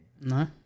no